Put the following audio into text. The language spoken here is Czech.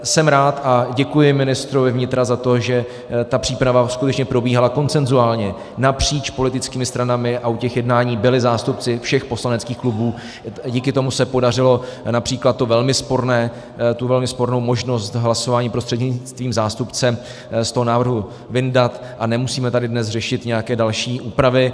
Jsem rád a děkuji ministrovi vnitra za to, že příprava skutečně probíhala konsenzuálně, napříč politickými stranami, u těch jednání byli zástupci všech poslaneckých klubů a díky tomu se podařilo např. velmi spornou možnost hlasování prostřednictvím zástupce z toho návrhu vyndat a nemusíme tady dnes řešit nějaké další úpravy.